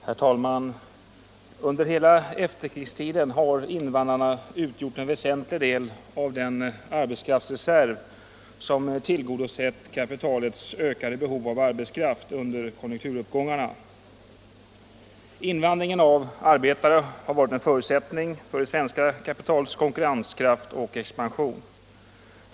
Herr talman! Under hela efterkrigstiden har invandrarna utgjort en väsentlig del av den arbetskraftsreserv som tillgodosett kapitalets ökade behov av arbetskraft under konjunkturuppgångarna. Invandringen av arbetare har varit en förutsättning för det svenska kapitalets konkurrenskraft och expansion.